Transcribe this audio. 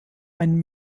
einen